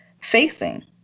facing